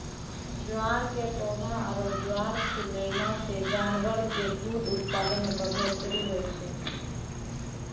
ज्वार के पौधा आरो ज्वार खिलैला सॅ जानवर के दूध उत्पादन मॅ बढ़ोतरी होय छै